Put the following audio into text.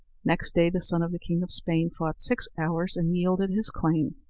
next day the son of the king of spain fought six hours, and yielded his claim.